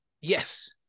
Yes